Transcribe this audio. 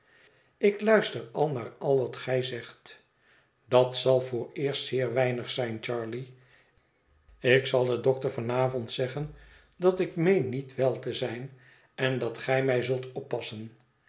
ik luister al naar al wat gij zegt dat zal vooreerst zeer weinig zijn charley ik zal den dokter van avond zeggen dat ik meen niet wel te zijn en dat gij mij zult oppassen